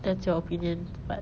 that's your opinion but